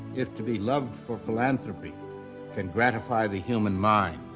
if to be loved for philanthropy can gratify the human mind,